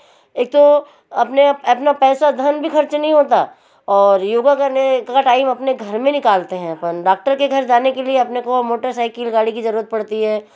एक तो अपना अपना पैसा धन भी खर्च नहीं होता और योग करने का टाइम अपने घर में निकालते हैं अपन डॉक्टर के घर जाने के लिए अपने को मोटर साइकिल गाड़ी की ज़रूरत पड़ती है